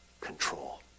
control